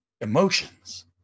emotions